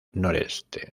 noreste